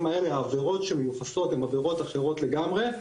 האלה העבירות שמיוחסות הם עבירות אחרות לגמרי,